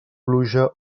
pluja